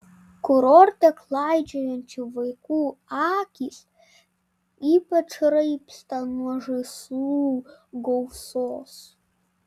kurorte klaidžiojančių vaikų akys ypač raibsta nuo žaislų gausos